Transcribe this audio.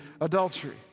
adultery